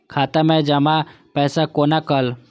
खाता मैं जमा पैसा कोना कल